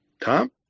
Tom